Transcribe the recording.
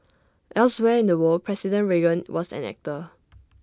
elsewhere in the world president Reagan was an actor